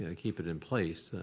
ah keep it in place.